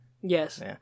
yes